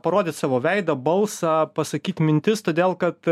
parodyt savo veidą balsą pasakyt mintis todėl kad